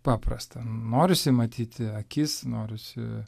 paprasta norisi matyti akis norisi